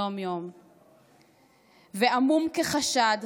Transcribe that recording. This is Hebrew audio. יום-יום.// ועמום כחשד,